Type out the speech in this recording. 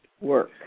work